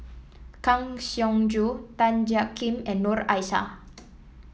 Kang Siong Joo Tan Jiak Kim and Noor Aishah